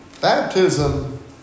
Baptism